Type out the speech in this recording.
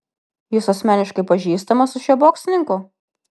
jūs asmeniškai pažįstamas su šiuo boksininku